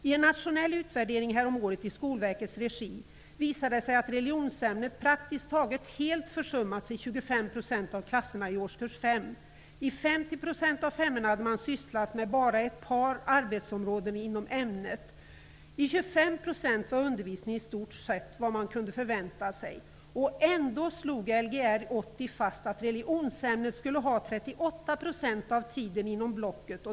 I en nationell utvärdering häromåret i Skolverkets regi visade det sig att religionsämnet praktiskt taget helt försummats i 25 % av klasserna i årskurs 5. I 50 % av femmorna hade man sysslat med bara ett par arbetsområden inom ämnet. I 25 % var undervisningen i stort sett vad som kunde förväntas. Och ändå slogs det fast i Lgr 80 att religionsämnet skulle ha 38 % av tiden inom blocket.